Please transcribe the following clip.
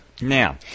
Now